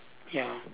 ya